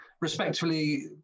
respectfully